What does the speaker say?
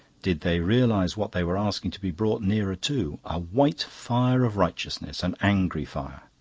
did they realise what they were asking to be brought nearer to? a white fire of righteousness, an angry fire.